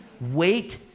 Wait